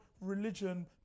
religion